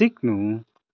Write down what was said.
सिक्नु